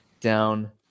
down